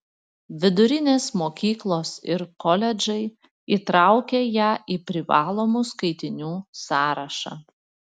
vidurinės mokyklos ir koledžai įtraukia ją į privalomų skaitinių sąrašą